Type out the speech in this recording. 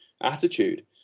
attitude